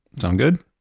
sound good?